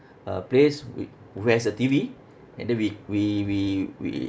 a place wi~ who has a T_V and then we we we we